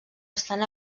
estan